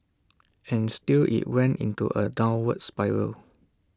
and still IT went into A downward spiral